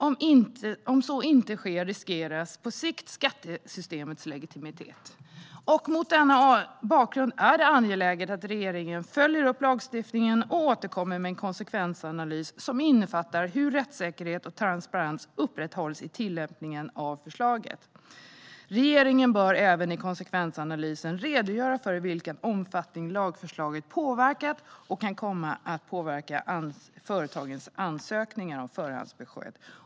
Om så inte sker riskeras på sikt skattesystemets legitimitet. Mot denna bakgrund är det angeläget att regeringen följer upp lagstiftningen och återkommer med en konsekvensanalys som innefattar hur rättssäkerhet och transparens upprätthålls i tillämpningen av lagförslaget. Regeringen bör även i konsekvensanalysen redogöra för i vilken omfattning lagförslaget har påverkat och kan komma att påverka företagens ansökningar om förhandsbesked.